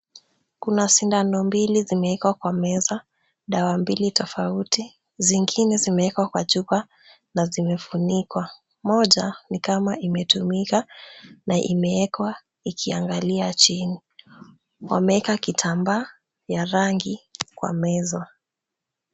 Kuna sindano mbili zimewekwa kwa meza, dawa mbili tofauti, zingine zimewekwa kwa chupa na zimefanikiwa. Moja imetumika na imewekwa ikiangalia chini. Wameweka kitambaa ya rangi kwa meza.